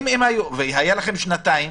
והיו לכם שנתיים.